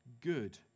good